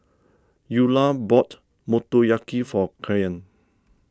Eula bought Motoyaki for Kyan